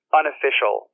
unofficial